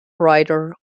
writer